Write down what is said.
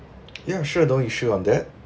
ya sure no issue on that